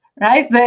Right